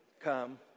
come